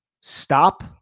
stop